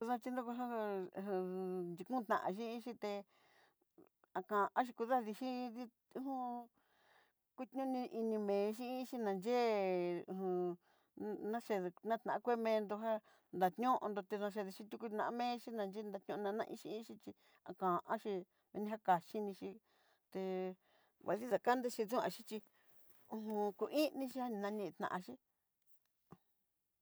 Ndatinó já nga já aja chikutanxin xhité akanxhí kudadixí dó uju kutopní inivee xhinxí nayee ngú naché nakua vee mendó já dañaondó ntidá xhikú ná'a mexhí nayikandío naneixhinxí chí akanxhí, ñakaxhinichí té nguaxhí xakandóxe xhuanxichí ho o on ko iin niché nanitanxí.